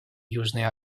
южной